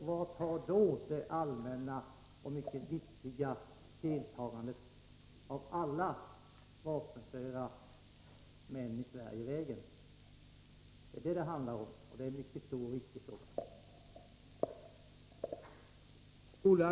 Vart tar då det allmänna och mycket viktiga deltagandet av alla vapenföra män i Sverige vägen? Det är detta det handlar om, och det är en mycket stor och viktig fråga.